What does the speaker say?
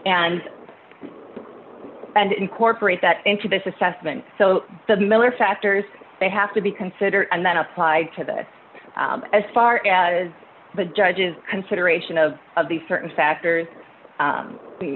and and incorporate that into this assessment so the miller factors may have to be considered and then applied to that as far as the judge's consideration of of these certain factors